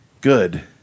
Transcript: good